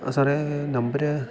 സാറേ നമ്പർ